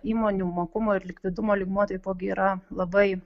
įmonių mokumo ir likvidumo lygmuo taipogi yra labai